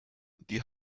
die